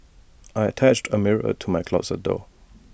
I attached A mirror to my closet door